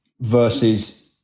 versus